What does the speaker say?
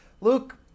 Luke